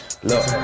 Look